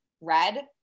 Red